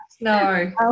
No